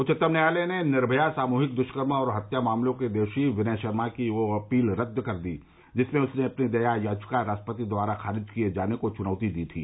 उच्चतम न्यायालय ने निर्भया सामूहिक दुष्कर्म और हत्या मामले के दोषी विनय शर्मा की वह अपील रद्द कर दी जिसमें उसने अपनी दया याचिका राष्ट्रपति द्वारा खारिज किये जाने को चुनौती दी थी